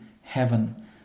heaven